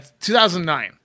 2009